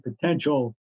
potential